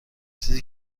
چیزی